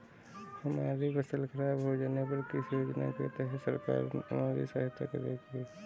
हमारी फसल खराब हो जाने पर किस योजना के तहत सरकार हमारी सहायता करेगी?